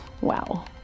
wow